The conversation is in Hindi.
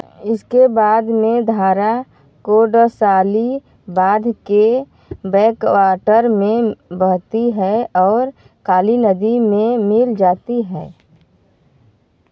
इसके बाद में धारा कोडासल्ली बाँध के बैक वाटर में बहती है और काली नदी में मिल जाती है